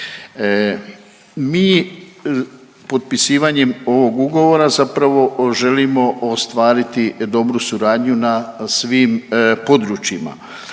Mi potpisivanjem ovog ugovora zapravo želimo ostvariti dobru suradnju na svim područjima.